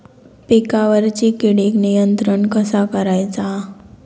पिकावरची किडीक नियंत्रण कसा करायचा?